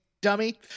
dummy